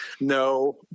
No